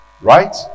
Right